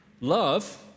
love